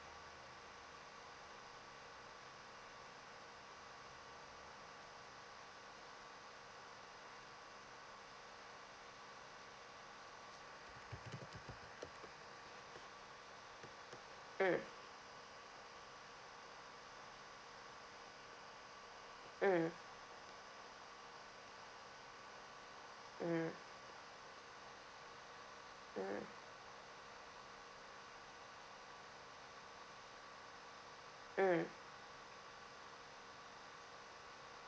mm mm mm mm mm